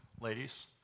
ladies